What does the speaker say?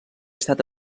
estat